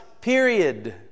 period